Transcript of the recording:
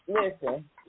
listen